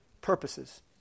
Purposes